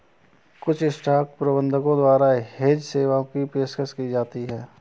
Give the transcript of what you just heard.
कुछ स्टॉक प्रबंधकों द्वारा हेज सेवाओं की पेशकश की जाती हैं